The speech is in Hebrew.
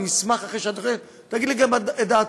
ואני אשמח אם תגיד לי גם את דעתך.